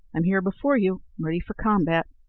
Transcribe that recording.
i'm here before you, ready for combat,